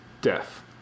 Death